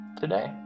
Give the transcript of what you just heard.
today